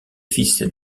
fils